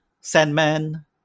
Sandman